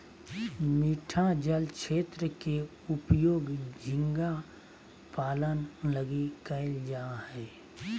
मीठा जल क्षेत्र के उपयोग झींगा पालन लगी कइल जा हइ